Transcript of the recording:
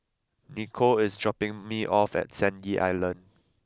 Nicolle is dropping me off at Sandy Island